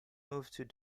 moved